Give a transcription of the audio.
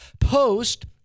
post